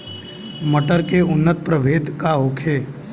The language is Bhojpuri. मटर के उन्नत प्रभेद का होखे?